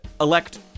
elect